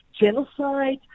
genocide